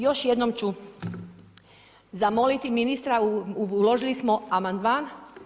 Još jednom ću zamoliti ministra, uložili smo amandman.